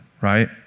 right